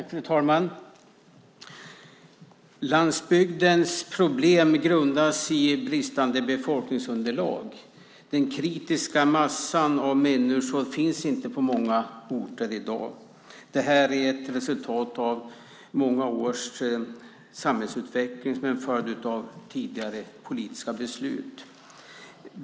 Fru talman! Landsbygdens problem grundas i bristande befolkningsunderlag. Den kritiska massan av människor finns inte på många orter i dag. Det är ett resultat av många års samhällsutveckling som en följd av tidigare politiska beslut.